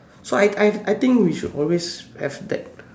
so I I I think we should always have that